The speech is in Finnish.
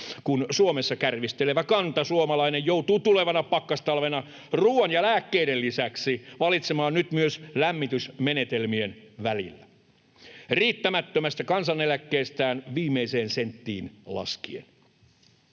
kun Suomessa kärvistelevä kantasuomalainen joutuu tulevana pakkastalvena ruuan ja lääkkeiden lisäksi valitsemaan nyt myös lämmitysmenetelmien välillä riittämättömästä kansaneläkkeestään viimeiseen senttiin laskien.